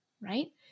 right